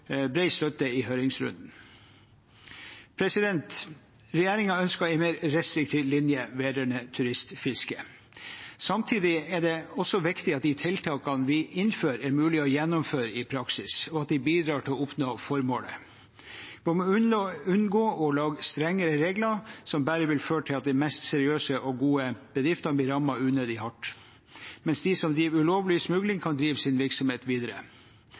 støtte i høringsrunden. Regjeringen ønsker en mer restriktiv linje vedrørende turistfiske. Samtidig er det også viktig at de tiltakene vi innfører, er mulig å gjennomføre i praksis, og at de bidrar til å oppnå formålet. Vi må unngå å lage strengere regler som bare vil føre til at de mest seriøse og gode bedriftene blir rammet unødig hardt, mens de som driver med ulovlig smugling, kan drive sin virksomhet videre.